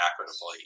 equitably